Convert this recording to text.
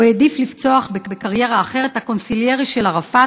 הוא העדיף לפצוח בקריירה אחרת: הקונסיליירי של ערפאת,